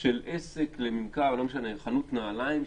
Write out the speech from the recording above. של עסק לממכר, למשל חנות נעליים.